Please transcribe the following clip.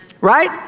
Right